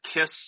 KISS